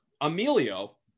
Emilio